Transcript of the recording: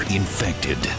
infected